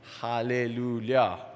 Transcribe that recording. hallelujah